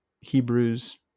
Hebrews